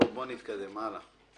בואו נתקדם, הלאה.